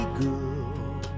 girl